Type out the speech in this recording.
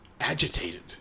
agitated